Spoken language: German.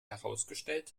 herausgestellt